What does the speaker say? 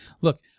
look